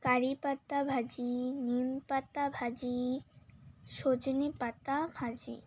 কারি পাতা ভাজি নিম পাতা ভাজি সজনে পাতা ভাজি